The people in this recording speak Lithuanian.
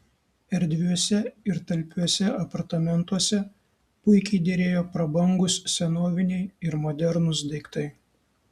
erdviuose ir talpiuose apartamentuose puikiai derėjo prabangūs senoviniai ir modernūs daiktai